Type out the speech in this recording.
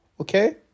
Okay